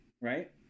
right